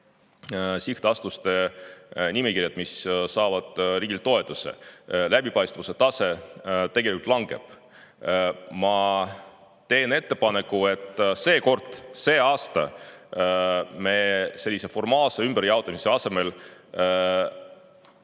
sihtasutuste nimekirjad, mis saavad riigilt toetust. Läbipaistvuse tase tegelikult langeb. Ma teen ettepaneku, et seekord, see aasta me teeksime formaalse ümberjaotamise asemel